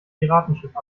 piratenschiff